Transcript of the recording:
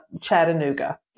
Chattanooga